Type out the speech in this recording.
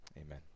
Amen